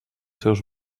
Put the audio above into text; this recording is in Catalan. seus